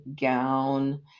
gown